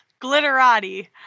glitterati